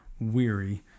weary